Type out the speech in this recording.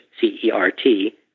C-E-R-T